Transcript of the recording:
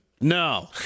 No